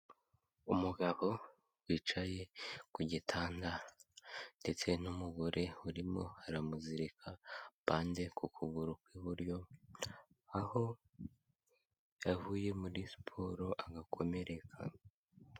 Umugabo wicaye ku gitanda ndetse n'umugore urimo aramuzirika bande ku kuguru kw'iburyo, aho yavuye muri siporo agakomereka.